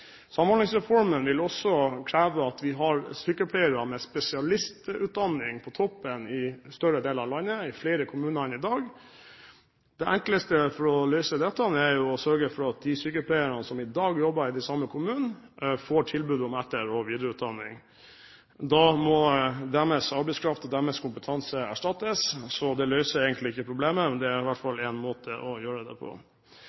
Samhandlingsreformen vil også kreve at vi har sykepleiere med spesialistutdanning på toppen i større deler av landet, og i flere kommuner enn det er i dag. Det enkleste for å løse dette er jo å sørge for at de sykepleierne som i dag jobber i disse kommunene, får tilbud om etter- og videreutdanning. Da må deres arbeidskraft og deres kompetanse erstattes, så det løser egentlig ikke problemet, men det er i hvert